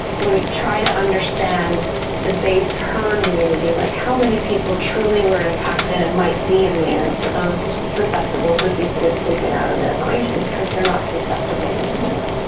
we try to understand the base herd immunity, like how many people truly were impacted and might be immune so those susceptibles would be, sort of, taken out of the equation because they're not susceptible, they're immune.